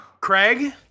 Craig